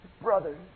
Brothers